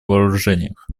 вооружениях